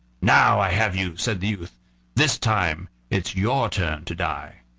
now i have you, said the youth this time it's your turn to die.